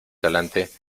talante